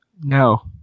No